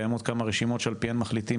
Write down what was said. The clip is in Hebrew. קיימות כמה רשימות שעל פיהם מחליטים,